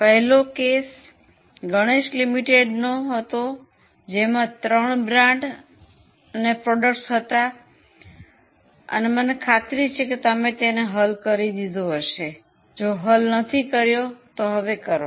પહેલો કેસ ગણેશ લિમિટેડનો હતો જેમાં ત્રણ બ્રાન્ડ અથવા ઉત્પાદનો હતા હું ખાતરી છે કે તમે તેને હલ કરી દીધો હશે જો હલ નથી કર્યો તો હવે કરો